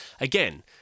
Again